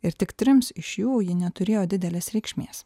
ir tik trims iš jų ji neturėjo didelės reikšmės